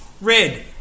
Red